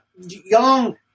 Young